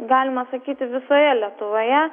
galima sakyti visoje lietuvoje